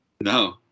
no